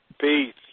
Peace